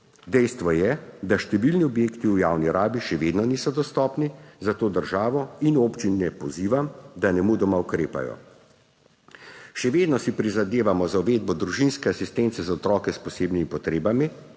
Dejstvo je, da številni objekti v javni rabi še vedno niso dostopni, zato državo in občine pozivam, da nemudoma ukrepajo. Še vedno si prizadevamo za uvedbo družinske asistence za otroke s posebnimi potrebami,